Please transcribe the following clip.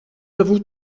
l’avons